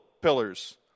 pillars